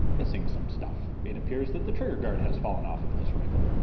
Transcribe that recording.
missing some stuff. it appears that the trigger guard has fallen off of this rifle.